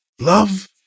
love